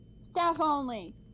Staff-only